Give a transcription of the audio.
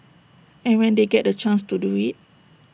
and when they get the chance to do IT